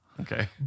Okay